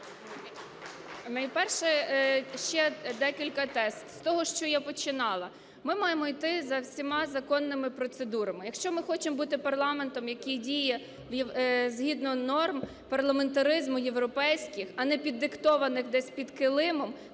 Найперше, ще декілька тез з того, що я починала. Ми маємо йти за всіма законними процедурами. Якщо ми хочемо бути парламентом, який діє згідно норм парламентаризму європейських, а не піддиктованих десь під килимом,